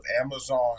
Amazon